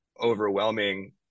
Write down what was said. overwhelming